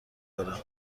دارم